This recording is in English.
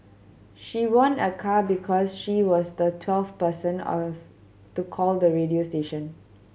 she won a car because she was the twelfth person to call the radio station